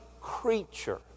creature